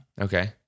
Okay